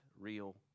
real